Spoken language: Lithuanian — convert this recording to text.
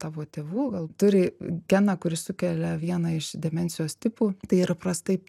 tavo tėvų gal turi geną kuris sukelia vieną iš demencijos tipų tai yra įprastai